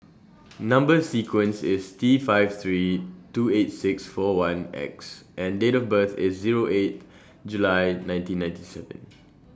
Number sequence IS T five three two eight six four one X and Date of birth IS Zero eight July nineteen ninety seven